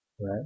right